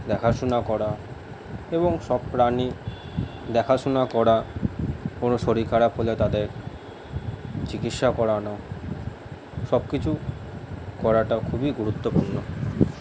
দেখাশোনা করা এবং সব প্রাণী দেখাশোনা করা কোনো শরীর খারাপ হলে তাদের চিকিৎসা করানো সবকিছু করাটাও খুবই গুরুত্বপূর্ণ